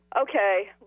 okay